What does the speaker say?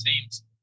teams